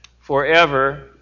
forever